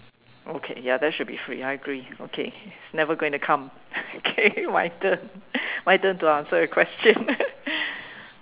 okay ya that should be free I agree okay never going to come okay my turn my turn to answer a question